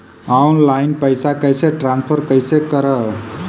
Online पैसा कैसे transfer कैसे कर?